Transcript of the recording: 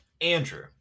Andrew